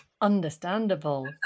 understandable